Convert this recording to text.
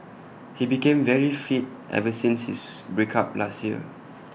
he became very fit ever since his break up last year